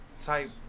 type